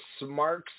smarks